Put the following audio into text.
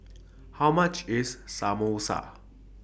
How much IS Samosa